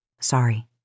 Sorry